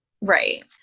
Right